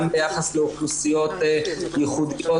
ביחס לאוכלוסיות נחותות,